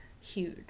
huge